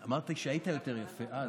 אמרתי שהיית יותר יפה אז.